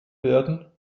werden